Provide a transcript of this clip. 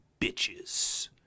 bitches